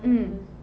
mm